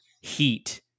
heat